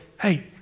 hey